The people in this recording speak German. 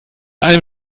einem